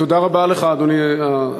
תודה רבה לך, אדוני השר.